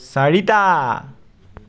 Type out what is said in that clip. চাৰিটা